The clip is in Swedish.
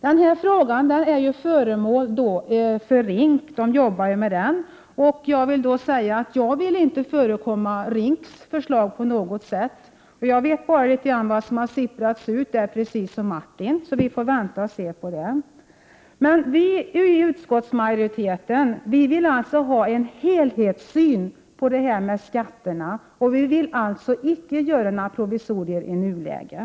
Denna fråga är föremål för behandling i RINK, och jag vill inte på något sätt förekomma RINK:s förslag. Jag vet bara litet av vad som har sipprat ut därifrån, precis som Martin Olsson, så vi får vänta på förslaget. Vi i utskottsmajoriteten vill alltså ha en helhetssyn på skatterna, och vi vill icke göra några provisorier i nuläget.